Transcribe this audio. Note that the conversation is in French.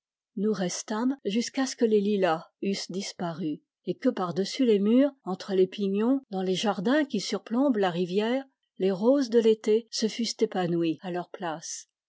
nous restâmes jusqu'à ce que les lilas eussent disparu et que par-dessus les murs entre les pignons dans les jardins qui surplombent la rivière les roses de l'été se fussent épanouies à leur place